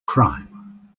crime